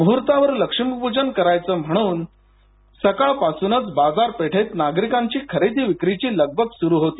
मुहूर्तावर लक्ष्मीपूजन करायचं म्हणून सकाळपासूनच बाजारपेठेत नागरिकांची खरेदी विक्रीची लगबग सुरू होती